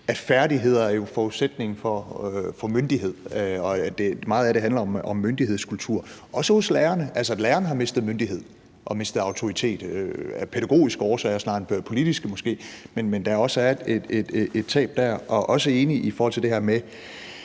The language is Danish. at færdigheder jo er forudsætningen for myndighed, og at meget af det handler om myndighedskultur, også hos lærerne. Altså, lærerne har mistet myndighed og mistet autoritet, måske af pædagogiske årsager snarere end politiske, men der er også et tab der. Jeg er også enig i forhold til talen om,